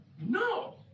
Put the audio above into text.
No